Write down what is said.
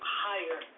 higher